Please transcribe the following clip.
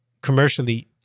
commercially